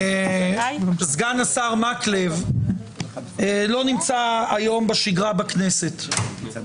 סגן השר מקלב לא נמצא היום בכנסת (עקב החלפתו במסגרת החוק הנרווגי).